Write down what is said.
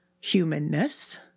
humanness